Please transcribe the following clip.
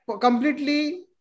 completely